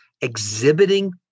exhibiting